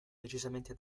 decisamente